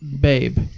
babe